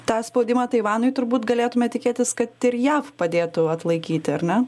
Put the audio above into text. tą spaudimą taivanui turbūt galėtume tikėtis kad ir jav padėtų atlaikyti ar ne